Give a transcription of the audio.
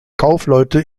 kaufleute